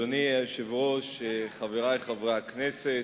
אדוני היושב-ראש, חברי חברי הכנסת,